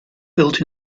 built